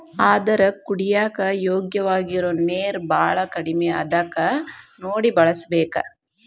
ಆದರ ಕುಡಿಯಾಕ ಯೋಗ್ಯವಾಗಿರು ನೇರ ಬಾಳ ಕಡಮಿ ಅದಕ ನೋಡಿ ಬಳಸಬೇಕ